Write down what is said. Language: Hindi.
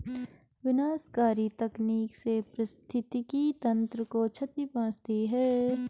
विनाशकारी तकनीक से पारिस्थितिकी तंत्र को क्षति पहुँचती है